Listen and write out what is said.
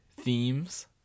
themes